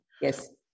Yes